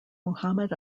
muhammad